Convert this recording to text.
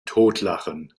totlachen